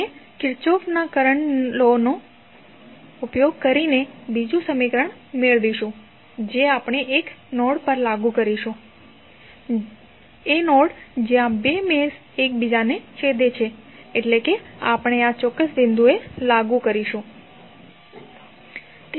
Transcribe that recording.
આપણે કિર્ચોફના current law ની સહાયથી બીજું સમીકરણ મેળવીશું જે આપણે એક નોડ પર લાગુ કરીશું જ્યાં બે મેશ એકબીજાને છેદે છે એટલે કે આપણે આ ચોક્કસ બિંદુએ લાગુ કરીશું